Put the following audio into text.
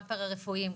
גם פרה-רפואיים,